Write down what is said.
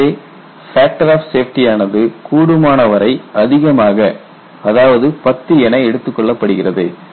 எனவே factor of safety ஆனது கூடுமானவரை அதிகமாக அதாவது 10 என எடுத்துக் கொள்ளப்படுகிறது